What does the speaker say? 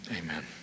amen